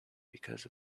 because